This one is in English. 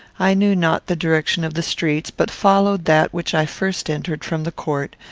i knew not the direction of the streets but followed that which i first entered from the court,